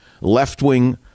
left-wing